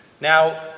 Now